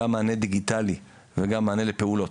גם מענה דיגיטלי וגם מענה לפעולות.